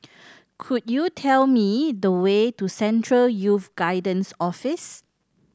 could you tell me the way to Central Youth Guidance Office